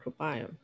microbiome